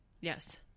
Yes